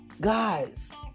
Guys